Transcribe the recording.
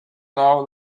now